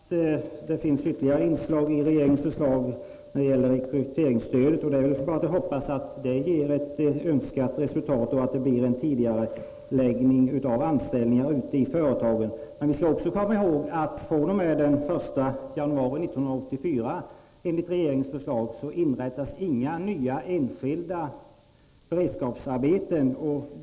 Herr talman! Jag är fullt medveten om att det finns ytterligare inslag i regeringens förslag. Ett av dessa är rekryteringsstödet. Då är det bara att hoppas att det ger ett önskat resultat och att det blir tidigareläggning av anställningar ute i företagen. Men vi skall komma ihåg att det enligt regeringsförslaget fr.o.m. den 1 januari 1984 inte skall inrättas några nya enskilda beredskapsarbeten.